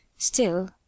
Still